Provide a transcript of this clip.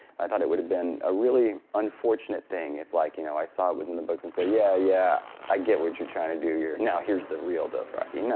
i thought it would have been a really unfortunate thing if like you know i saw it was in the books and say, yeah, yeah. i get what you're trying to do here. now here's the real dothraki. no,